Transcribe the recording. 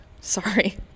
Sorry